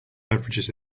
beverages